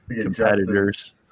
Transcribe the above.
competitors